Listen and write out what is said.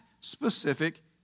specific